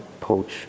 poach